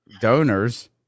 donors